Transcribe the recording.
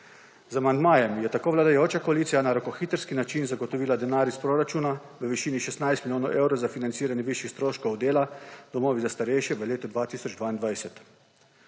Z amandmajem je tako vladajoča koalicija na rokohitrski načrt zagotovila denar iz proračuna v višini 16 milijonov evrov za financiranje višjih stroškov dela v domovih za starejše v letu 2022.